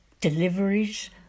deliveries